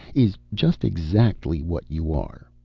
is just exactly what you are.